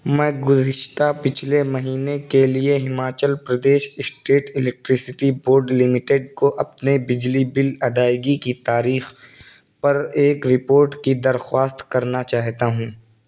میں گُزشتہ پچھلے مہینے کے لیے Himachal Pradesh state electricity board limited کو اپنے بجلی بِل ادائیگی کی تاریخ پر ایک رپورٹ کی درخواست کرنا چاہتا ہوں